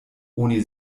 oni